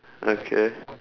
I don't care